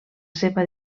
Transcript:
seva